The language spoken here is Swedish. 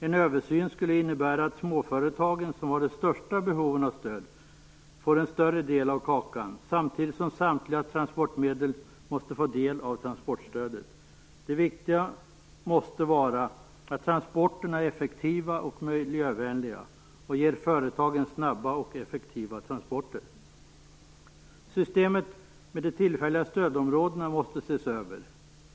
En översyn skulle innebära att småföretagen, som har de största behoven av stöd, får en större del av kakan, samtidigt som samtliga transportmedel måste få del av transportstödet. Det viktiga måste vara att transporterna är effektiva och miljövänliga och ger företagen snabba och effektiva transporter. Systemet med de tillfälliga stödområdena måste ses över.